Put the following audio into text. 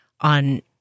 on